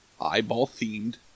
Eyeball-themed